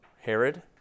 Herod